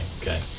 Okay